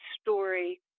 story